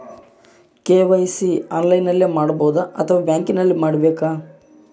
KYC ಆನ್ಲೈನಲ್ಲಿ ಮಾಡಬಹುದಾ ಅಥವಾ ಬ್ಯಾಂಕಿನಲ್ಲಿ ಮಾಡ್ಬೇಕಾ?